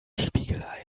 spiegelei